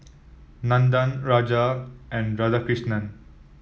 Nandan Raja and Radhakrishnan